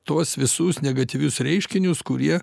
tuos visus negatyvius reiškinius kurie